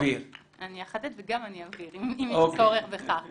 אני אחדד וגם אני אבהיר, אם יהיה צורך בכך.